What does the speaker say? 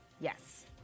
Yes